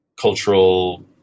cultural